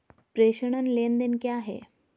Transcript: प्रेषण लेनदेन क्या है?